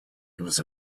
was